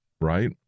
right